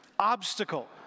obstacle